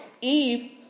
Eve